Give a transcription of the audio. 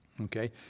Okay